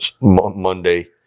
Monday